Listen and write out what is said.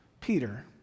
Peter